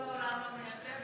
כל העולם לא מייצא,